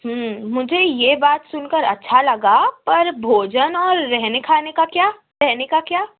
مجھے یہ بات سُن کر اچھا لگا پر بھوجن اور رہنے کھانے کا کیا رہنے کا کیا